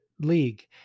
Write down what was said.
league